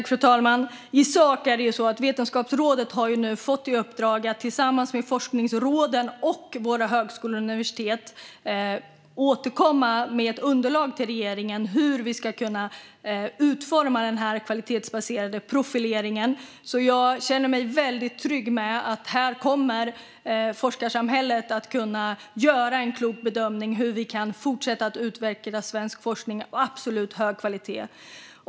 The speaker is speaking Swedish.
Fru talman! I sak är det så att Vetenskapsrådet nu har fått i uppdrag att tillsammans med forskningsråden och våra högskolor och universitet återkomma med ett underlag till regeringen för hur vi ska kunna utforma den kvalitetsbaserade profileringen. Jag känner mig väldigt trygg med att forskarsamhället här kommer att kunna göra en klok bedömning av hur vi kan fortsätta att utveckla svensk forskning med absolut högsta kvalitet.